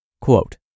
Quote